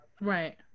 Right